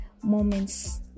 moments